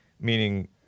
Meaning